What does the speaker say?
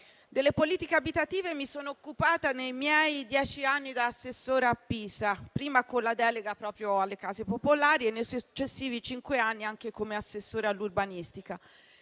di politiche abitative nei miei dieci anni da assessore a Pisa; prima con la delega alle case popolari e nei successivi cinque anni anche come assessore all'urbanistica,